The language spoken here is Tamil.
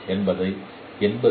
x என்பது